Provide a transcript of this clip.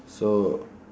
so